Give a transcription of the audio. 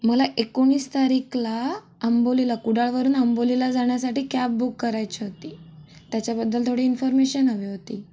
मला एकोणीस तारीखला अंबोलीला कुडाळवरून आंबोलीला जाण्यासाठी कॅब बुक करायची होती त्याच्याबद्दल थोडी इन्फरमेशन हवी होती